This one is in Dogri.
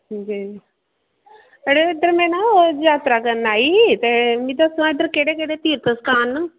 जी अड़ेओ इद्धर में ना जात्तरा करन आई ही मीं दस्सो ना इद्धर केह्ड़े केह्ड़े तीर्थ स्थान न